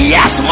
Yes